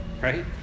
right